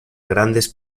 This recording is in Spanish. grandes